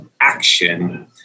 action